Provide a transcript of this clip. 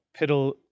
piddle